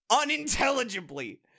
unintelligibly